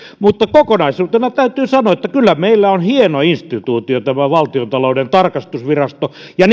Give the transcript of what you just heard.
mutta kokonaisuutena täytyy sanoa että kyllä meillä on hieno instituutio tämä valtiontalouden tarkastusvirasto ja